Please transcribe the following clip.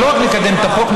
ולא רק נקדם את החוק,